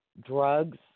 drugs